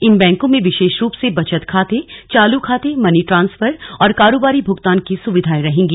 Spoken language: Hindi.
इन बैंको में विशेष रूप से बचत खाते चालू खाते मनी ट्रांसफर और कारोबारी भुगतान की सुविधाएं रहेंगी